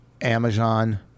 Amazon